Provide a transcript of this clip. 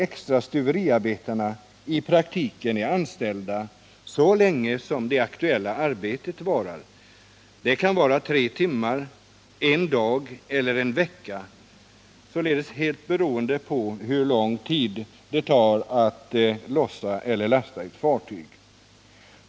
extra stuveriarbetare i praktiken är anställd så länge som det aktuella arbetet varar. Det kan vara tre timmar, en dag eller en vecka, således helt bedroende på hur lång tid det tar att lossa eller lasta ett fartyg.